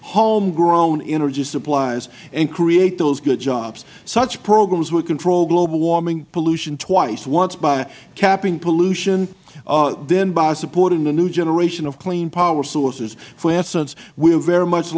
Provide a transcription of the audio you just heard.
home grown energy supplies and create those good jobs such programs would control global warming pollution twice once by capping pollution then by supporting the new generation of clean power sources for instance we would very much